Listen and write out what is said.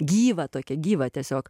gyvą tokia gyvą tiesiog